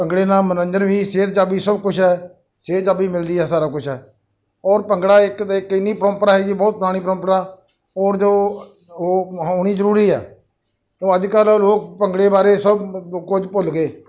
ਭੰਗੜੇ ਨਾਲ ਮਨੋਰੰਜਨ ਵੀ ਸਿਹਤਯਾਬੀ ਸਭ ਕੁਛ ਹੈ ਸਿਹਤਯਾਬੀ ਮਿਲਦੀ ਹੈ ਸਾਰਾ ਕੁਛ ਹੈ ਔਰ ਭੰਗੜਾ ਇੱਕ ਦੇ ਇੱਕ ਇੰਨੀ ਪਰੰਪਰਾ ਹੈਗੀ ਬਹੁਤ ਪੁਰਾਣੀ ਪਰੰਪਰਾ ਔਰ ਜੋ ਉਹ ਹੋਣੀ ਜ਼ਰੂਰੀ ਆ ਉਹ ਅੱਜ ਕੱਲ੍ਹ ਲੋਕ ਭੰਗੜੇ ਬਾਰੇ ਸਭ ਕੁਝ ਕੁਝ ਭੁੱਲਗੇ